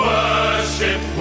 Worship